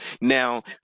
Now